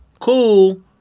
cool